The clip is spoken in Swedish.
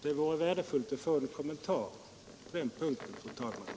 Det vore värdefullt att få en kommentar på den punkten.